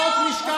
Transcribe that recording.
קחו אחריות.